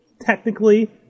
Technically